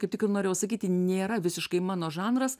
kaip tik ir norėjau sakyti nėra visiškai mano žanras